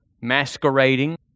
masquerading